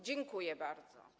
Dziękuję bardzo.